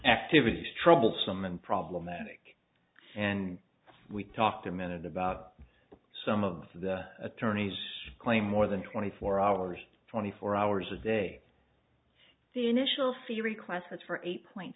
activities troublesome and problematic and we talked a minute about some of the attorneys claim more than twenty four hours twenty four hours a day the initial fee request was for eight point